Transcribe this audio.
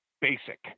basic